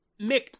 Mick